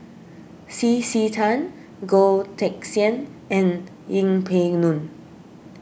C C Tan Goh Teck Sian and Yeng Pway Ngon